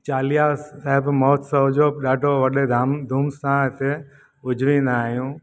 चालीहा साहिब महोत्सव जो बि ॾाढे वॾे धाम धूम सां हिते उजवींदा आहियूं